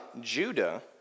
Judah